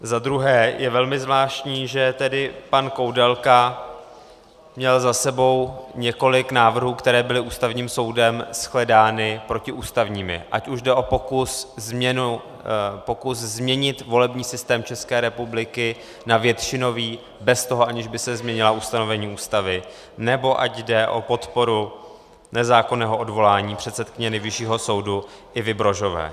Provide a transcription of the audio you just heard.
Za druhé je velmi zvláštní, že pan Koudelka měl za sebou několik návrhů, které byly Ústavním soudem shledány protiústavními, ať už jde o pokus změnit volební systém České republiky na většinový, aniž by se změnila ustanovení Ústavy, nebo ať jde o podporu nezákonného odvolání předsedkyně Nejvyššího soudu Ivy Brožové.